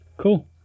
Cool